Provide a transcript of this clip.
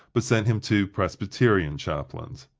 but sent him two presbyterian chaplains.